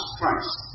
Christ